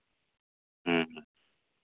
ᱦᱮᱸ ᱦᱮᱸ